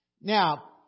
Now